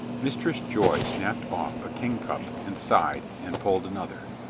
mistress joy snapped off a kingcup and sighed and pulled another,